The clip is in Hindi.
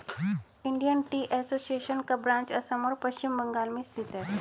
इंडियन टी एसोसिएशन का ब्रांच असम और पश्चिम बंगाल में स्थित है